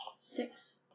Six